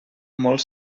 molt